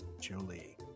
Jolie